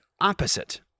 opposite